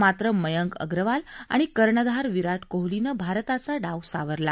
मात्र मयंक अगरवाल आणि कर्णधार विराट कोहलीनं भारताचा डाव सावरला